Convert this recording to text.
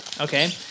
Okay